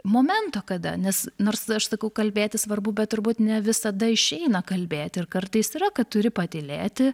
momento kada nes nors aš sakau kalbėti svarbu bet turbūt ne visada išeina kalbėti ir kartais yra kad turi patylėti